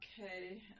Okay